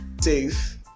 safe